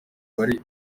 bari